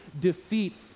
defeat